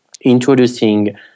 introducing